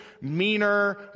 meaner